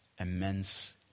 immense